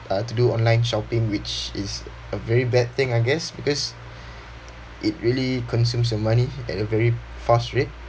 uh to do online shopping which is a very bad thing I guess because it really consume your money at a very fast rate